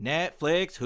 Netflix